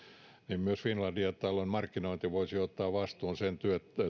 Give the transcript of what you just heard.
myös finlandia talon markkinointi voisi ottaa vastuun sen